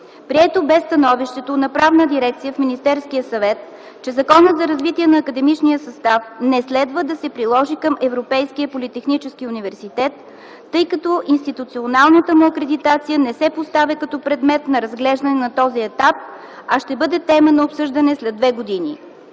Прието бе становището на Правна дирекция в Министерския съвет, че Законът за развитие на академичния състав не следва да се приложи към Европейския политехнически университет, тъй като институционалната му акредитация не се поставя като предмет на разглеждане на този етап, а ще бъде тема на обсъждане след две години.